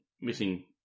missing